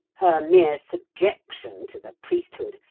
her mere subjection to the priesthood,